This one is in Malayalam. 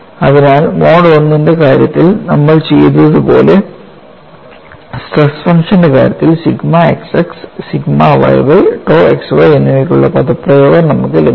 അതിനാൽ മോഡ് I ന്റെ കാര്യത്തിൽ നമ്മൾ ചെയ്തതുപോലെ സ്ട്രെസ് ഫംഗ്ഷന്റെ അടിസ്ഥാനത്തിൽ sigma xx sigma yy tau xy എന്നിവയ്ക്കുള്ള പദപ്രയോഗം നമുക്ക് ലഭിക്കും